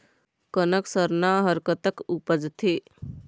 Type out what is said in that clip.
कनक सरना हर कतक उपजथे?